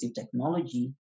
technology